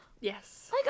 Yes